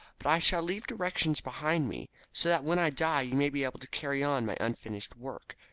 but i shall leave directions behind me so that when i die you may be able to carry on my unfinished work.